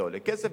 זה עולה כסף,